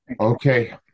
Okay